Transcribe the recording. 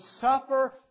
suffer